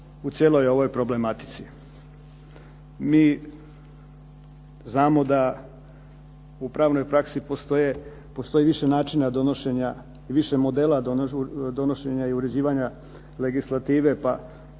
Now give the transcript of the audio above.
u cijeloj ovoj problematici. Mi znamo da u pravnoj praksi postoji više načina donošenja i više modela donošenja i uređivanja legislative pa